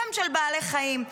גם של בעלי חיים.